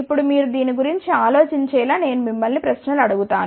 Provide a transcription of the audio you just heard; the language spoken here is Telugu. ఇప్పుడు మీరు దీనిగురించి ఆలోచించేలా నేను మిమ్మల్ని ప్రశ్నలు అడుగుతాను